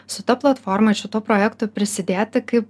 su ta platforma šituo projektu prisidėti kaip